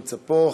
נמצא פה,